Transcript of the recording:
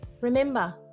Remember